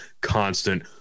constant